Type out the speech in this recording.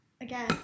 Again